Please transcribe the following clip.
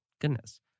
goodness